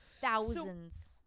Thousands